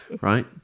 right